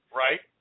right